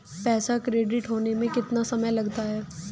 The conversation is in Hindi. पैसा क्रेडिट होने में कितना समय लगता है?